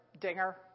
dinger